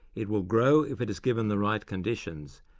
it will grow if it is given the right conditions,